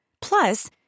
Plus